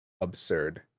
absurd